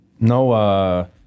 no